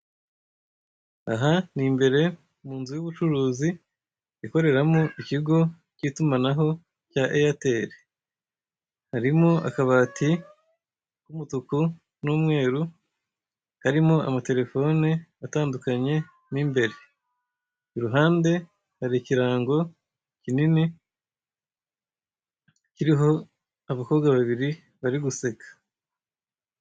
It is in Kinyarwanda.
Aha ni imbere mu nzu y'ubucuruzi ikoreramo ikigo cy'itumanaho cya Airtel, harimo akabati k'umutuku n'umweru karimo amaterefone atandukanye mo imbere, iruhande hari ikirango kinini kiriho abakobwa babiri bari guseka.